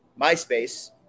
MySpace